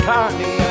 Carney